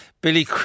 Billy